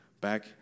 back